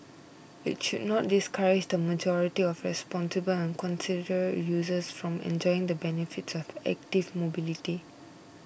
it should not discourage the majority of responsible and considerate users from enjoying the benefits of active mobility